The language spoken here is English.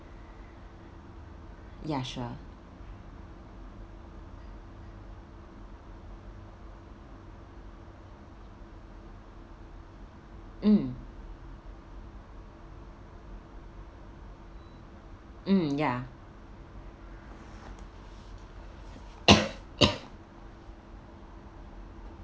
ya sure mm mm ya